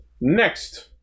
Next